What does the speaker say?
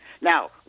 Now